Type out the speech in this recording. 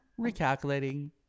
recalculating